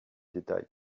détails